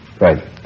Right